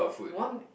one